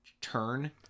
turn